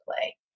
play